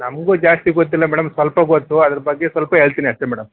ನಮಗೂ ಜಾಸ್ತಿ ಗೊತ್ತಿಲ್ಲ ಮೇಡಮ್ ಸ್ವಲ್ಪ ಗೊತ್ತು ಅದ್ರ ಬಗ್ಗೆ ಸ್ವಲ್ಪ ಹೇಳ್ತೀನಿ ಅಷ್ಟೇ ಮೇಡಮ್